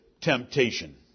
temptation